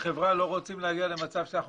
אנחנו כחברה גם לא רוצים להגיע למצב שאנחנו